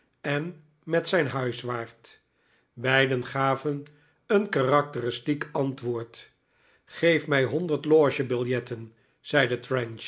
en met zijn huiswaard beiden gaven een karakteristiek antwoord geef mij honderd loge biljetten zeide